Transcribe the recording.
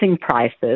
prices